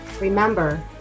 Remember